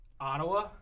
Ottawa